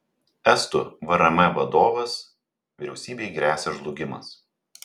estų vrm vadovas vyriausybei gresia žlugimas